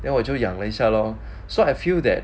then 我就养了一下 lor so I feel that